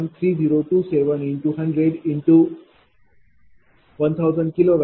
000613027x100x1000 kW 61